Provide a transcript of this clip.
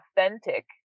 authentic